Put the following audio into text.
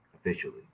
officially